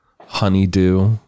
Honeydew